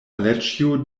aleĉjo